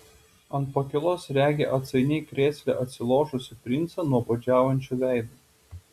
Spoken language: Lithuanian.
ant pakylos regi atsainiai krėsle atsilošusį princą nuobodžiaujančiu veidu